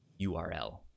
URL